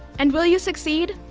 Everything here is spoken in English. and will you succeed?